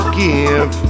give